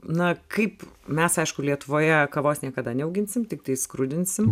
na kaip mes aišku lietuvoje kavos niekada neauginsim tiktai skrudinsim